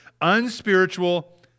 unspiritual